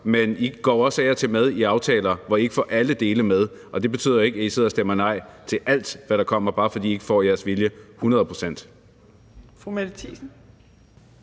Men I går jo også af og til med i aftaler, hvor I ikke får alle dele med. Og det betyder ikke, at I sidder og stemmer nej til alt, hvad der kommer, bare fordi I ikke får jeres vilje hundrede procent.